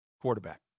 quarterback